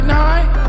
night